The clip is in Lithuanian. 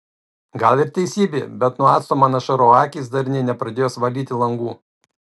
gal ir teisybė bet nuo acto man ašaroja akys dar nė nepradėjus valyti langų